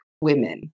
women